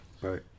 Right